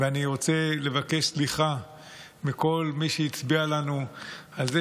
ואני רוצה לבקש סליחה מכל מי שהצביע לנו על זה